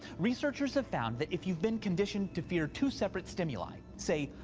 researchers have found that if you've been conditioned to fear two separate stimuli, say,